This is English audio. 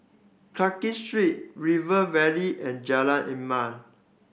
Clarke Street River Valley and Jalan